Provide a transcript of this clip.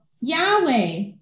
Yahweh